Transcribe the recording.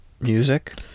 music